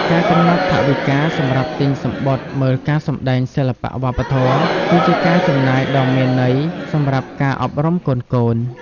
ការកំណត់ថវិកាសម្រាប់ទិញសំបុត្រមើលការសម្តែងសិល្បៈវប្បធម៌ គឺជាការចំណាយដ៏មានន័យសម្រាប់ការអប់រំកូនៗ។